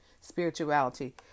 spirituality